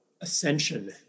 ascension